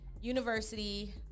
University